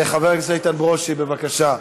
חבר הכנסת איתן ברושי, בבקשה.